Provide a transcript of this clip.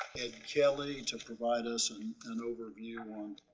edd kelly, to provide us an overview on